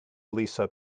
lisa